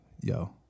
Yo